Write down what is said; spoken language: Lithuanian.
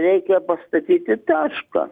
reikia pastatyti tašką